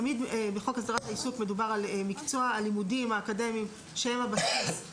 תמיד בחוק הסדרת העיסוק מדובר על לימודים אקדמיים שהם הבסיס להכשרה,